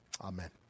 Amen